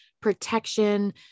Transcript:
protection